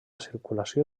circulació